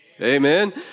Amen